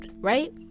right